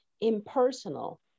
impersonal